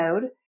mode